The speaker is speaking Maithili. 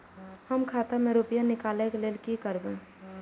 हम खाता से रुपया निकले के लेल की करबे?